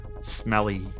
smelly